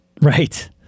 Right